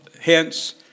hence